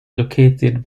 located